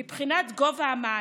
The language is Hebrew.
מבחינת גובה המענק: